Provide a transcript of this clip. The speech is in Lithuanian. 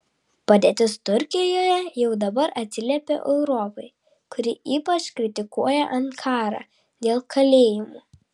padėtis turkijoje jau dabar atsiliepia europai kuri ypač kritikuoja ankarą dėl kalėjimų